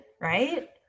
right